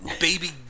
baby